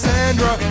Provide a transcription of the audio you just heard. Sandra